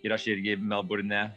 ir aš irgi melburne